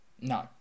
no